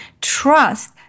trust